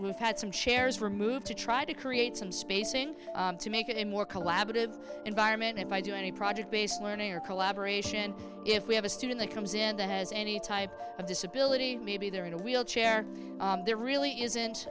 have had some chairs removed to try to create some spacing to make him look collaborative environment if i do any project based learning or collaboration if we have a student that comes in that has any type of disability maybe they're in a wheelchair there really isn't